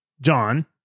John